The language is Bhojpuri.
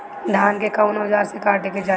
धान के कउन औजार से काटे के चाही?